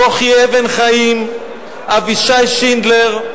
כוכי אבן-חיים, אבישי שינדלר,